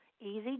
Easy